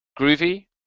groovy